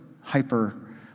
hyper